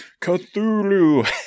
Cthulhu